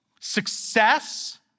success